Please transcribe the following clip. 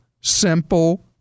simple